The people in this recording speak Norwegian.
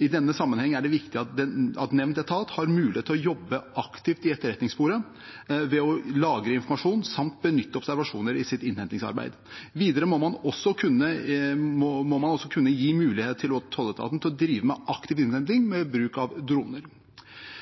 I denne sammenheng er det viktig at nevnte etat har mulighet til å jobbe aktivt i etterretningssporet ved å lagre informasjon samt benytte observasjoner i sitt innhentingsarbeid. Videre må man også kunne gi tolletaten mulighet til å drive med aktiv innhenting ved bruk av droner.